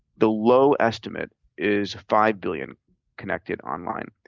the low estimate is five billion connected online.